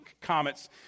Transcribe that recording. comets